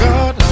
God